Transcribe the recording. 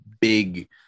big